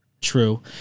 true